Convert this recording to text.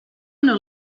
una